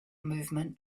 movement